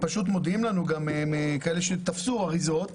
גם מודיעים לנו כאלה שתפסו אריזות,